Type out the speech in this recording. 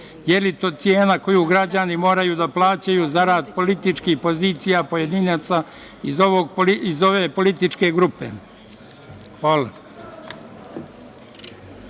je to cena koju građani moraju da plaćaju zarad političkih pozicija pojedinaca iz ove političke grupe?